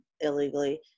illegally